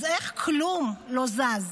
אז איך כלום לא זז?